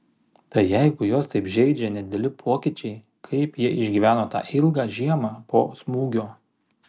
tai jeigu juos taip žeidžia nedideli pokyčiai kaip jie išgyveno tą ilgą žiemą po smūgio